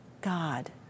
God